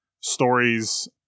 stories